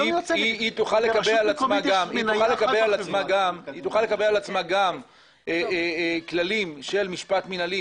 - והיא תוכל לקבל על עצמה גם כללים של משפט מינהלי,